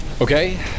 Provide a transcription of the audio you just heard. Okay